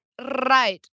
right